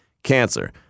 Cancer